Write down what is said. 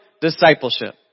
discipleship